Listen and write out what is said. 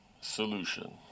solution